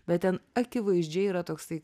bet ten akivaizdžiai yra toksai